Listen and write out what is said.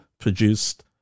produced